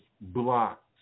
blocked